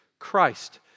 Christ